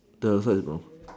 the outside you know